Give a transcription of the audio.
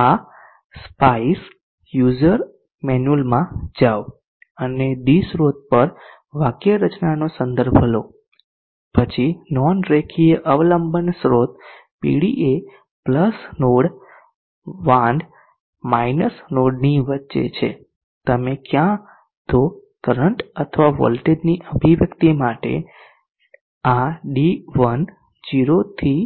આ SPICE user મેન્યુઅલમાં જાઓ અને d સ્રોત પર વાક્યરચનાનો સંદર્ભ લો પછી નોન રેખીય અવલંબન સ્રોત પીડી એ પ્લસ નોડ વાન્ડ માઇનસ નોડની વચ્ચે છે તમે ક્યાં તો કરંટ અથવા વોલ્ટેજ ની અભિવ્યક્તિ માટે આ D1 0 થી